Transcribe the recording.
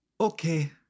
Okay